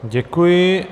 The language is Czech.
Děkuji.